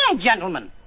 gentlemen